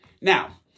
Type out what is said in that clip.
Now